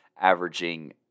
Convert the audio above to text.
averaging